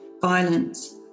violence